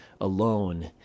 alone